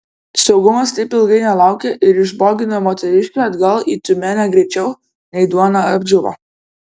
saugumas taip ilgai nelaukė ir išbogino moteriškę atgal į tiumenę greičiau nei duona apdžiūvo